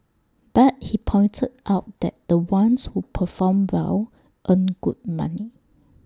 but he pointed out that the ones who perform well earn good money